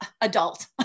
adult